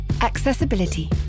Accessibility